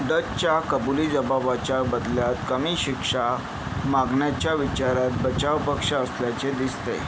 डचच्या कबुली जबाबाच्या बदल्यात कमी शिक्षा मागण्याच्या विचारात बचावपक्ष असल्याचे दिसतं आहे